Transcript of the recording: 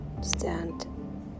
stand